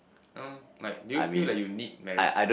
uh like do you feel like you need marriage